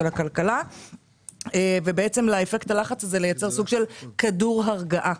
של הכלכלה ולייצר סוג של כדור הרגעה,